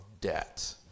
debt